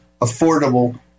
affordable